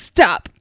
Stop